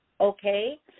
okay